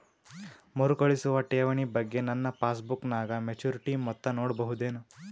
ಮರುಕಳಿಸುವ ಠೇವಣಿ ಬಗ್ಗೆ ನನ್ನ ಪಾಸ್ಬುಕ್ ನಾಗ ಮೆಚ್ಯೂರಿಟಿ ಮೊತ್ತ ನೋಡಬಹುದೆನು?